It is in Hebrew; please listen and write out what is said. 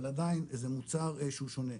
אבל עדיין זה מוצר שהוא שונה.